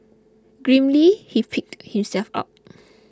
grimly he picked himself up